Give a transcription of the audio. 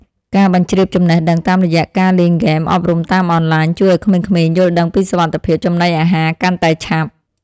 ការបញ្ជ្រាបចំណេះដឹងតាមរយៈការលេងហ្គេមអប់រំតាមអនឡាញ ជួយឱ្យក្មេងៗយល់ដឹងពីសុវត្ថិភាពចំណីអាហារកាន់តែឆាប់។